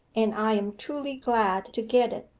and i am truly glad to get it.